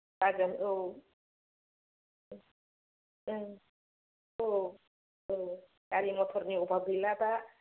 जागोन औ ओं औ औ गारि मथरनि अबाब गैला दा